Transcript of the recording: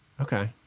Okay